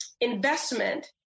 investment